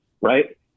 right